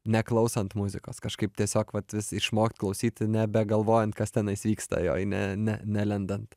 neklausant muzikos kažkaip tiesiog vat išmokt klausyti nebegalvojant kas tenais vyksta joj ne ne nelendant